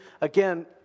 again